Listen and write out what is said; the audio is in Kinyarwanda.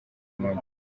munsi